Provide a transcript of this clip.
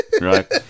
right